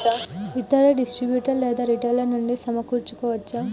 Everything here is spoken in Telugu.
ఇతర డిస్ట్రిబ్యూటర్ లేదా రిటైలర్ నుండి సమకూర్చుకోవచ్చా?